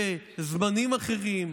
בזמנים אחרים,